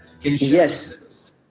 Yes